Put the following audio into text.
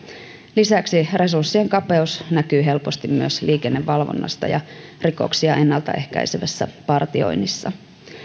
lisäksi resurssien kapeus näkyy helposti myös liikennevalvonnassa ja rikoksia ennalta ehkäisevässä partioinnissa